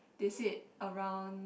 they said around